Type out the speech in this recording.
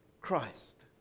Christ